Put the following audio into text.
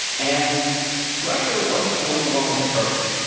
and russia wasn't going along with the program.